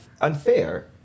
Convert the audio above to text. unfair